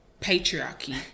patriarchy